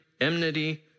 enmity